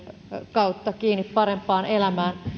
kautta kiinni parempaan elämään